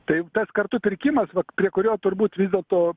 taip tas kartu pirkimas vat prie kurio turbūt vis dėlto